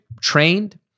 trained